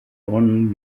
own